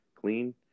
clean